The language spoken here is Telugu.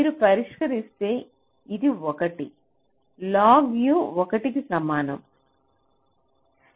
మీరు పరిష్కరిస్తే ఇది 1 log 1 కి సమానం